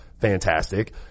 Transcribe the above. fantastic